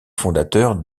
fondateurs